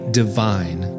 divine